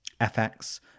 FX